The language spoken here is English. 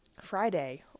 Friday